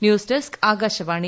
news desk Akashvani